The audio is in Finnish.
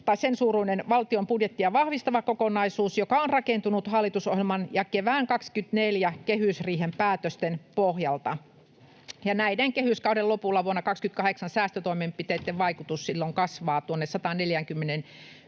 euron suuruinen valtion budjettia vahvistava kokonaisuus, joka on rakentunut hallitusohjelman ja kevään 24 kehysriihen päätösten pohjalta, ja kehyskauden lopulla vuonna 28 näiden säästötoimenpiteitten vaikutus kasvaa tuonne 141,4